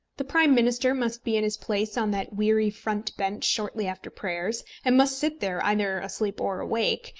the prime minister must be in his place on that weary front bench shortly after prayers, and must sit there, either asleep or awake,